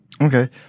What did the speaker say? Okay